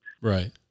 Right